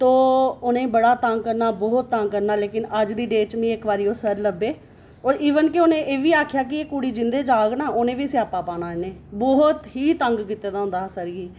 तो उ'नेंगी बड़ा तंग करना बहुत तंग करना लेकिन अज्ज दी डेट च मिगी इक बारी ओह् सर लब्भे ओर इवन उ'नें एह् बी आखेआ कि एह् कुड़ी जिं'दै जाह्ग ना उं'दे लेई बी स्यापा पाना इ'नें बहुत ही तंग कीते दा होंदा हा सर गी